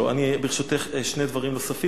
לא, ברשותךְ, שני דברים נוספים.